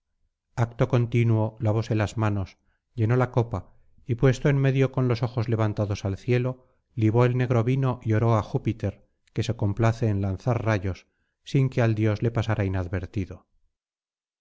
acto continuo lavóse las manos llenó la copa y puesto en medio con los ojos levantados al cielo libó el negro vino y oró á júpiter que se complace en lanzar rayos sin que al dios le pasara inadvertido